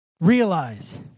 realize